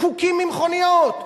פקוקים ממכוניות.